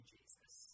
Jesus